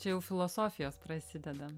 čia jau filosofijos prasideda